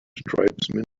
tribesmen